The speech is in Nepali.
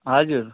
हजुर